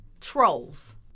Trolls